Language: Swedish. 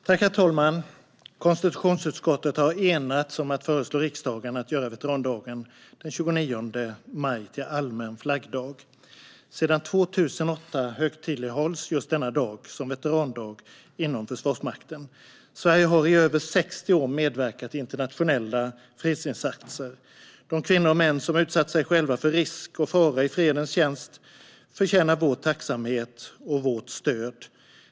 Herr talman! Konstitutionsutskottet har enats om att föreslå riksdagen att veterandagen den 29 maj ska göras till allmän flaggdag. Sedan 2008 högtidlighålls just denna dag som veterandag inom Försvarsmakten. Sverige har i över 60 år medverkat i internationella fredsinsatser. De kvinnor och män som utsatt sig själva för risk och fara i fredens tjänst förtjänar vår tacksamhet och vårt stöd.